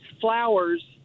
flowers